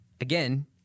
again